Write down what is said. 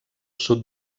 sud